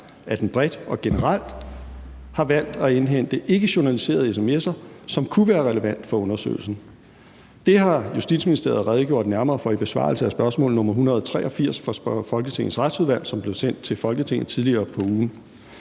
at den bredt og generelt har valgt at indhente ikkejournaliserede sms'er, som kunne være relevante for undersøgelsen. Det har Justitsministeriet redegjort nærmere for i besvarelsen af spørgsmål nr. 183 fra Folketingets Retsudvalg, som blev sendt til Folketinget tidligere på ugen.